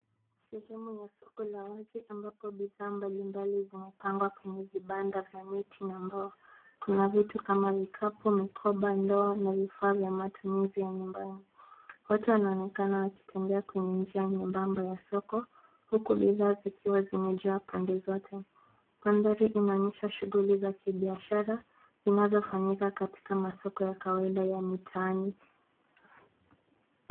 Sehemu ya soko la wazi ambapo bidhaa mbalimbali vimepangwa kwenye vibanda vya miti na mbao, kuna vitu kama vikapu, mikoba, ndoo na vifaa vya matumizi ya nyumbani, watu wanaonekana wakitembea kwenye njia nyembemba ya soko, huku bidhaa zikiwa zimejaa pande zote, mandhari inaonyesha shughuli za kibiashara, inazofanyika katika masoko kawaida ya mitaani.